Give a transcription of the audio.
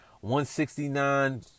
one-sixty-nine